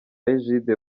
egide